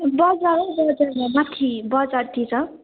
बजार हौ बजारमा माथि बजारतिर